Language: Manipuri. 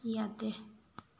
ꯌꯥꯗꯦ